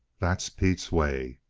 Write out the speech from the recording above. that's pete's way.